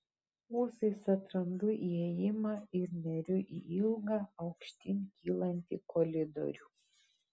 ūsais atrandu įėjimą ir neriu į ilgą aukštyn kylantį koridorių